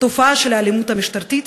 התופעה של האלימות המשטרתית,